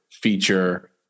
feature